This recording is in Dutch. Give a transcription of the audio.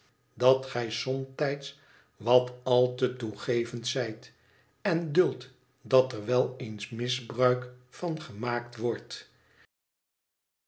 dat gij somtijds wat o te toegevend zijt en duldt dat er wel eens misbruik van gemaakt wordt